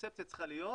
הקונספציה צריכה להיות